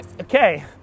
Okay